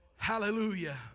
Hallelujah